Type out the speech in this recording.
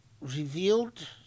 revealed